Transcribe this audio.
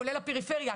כולל הפריפריה.